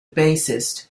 bassist